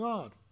God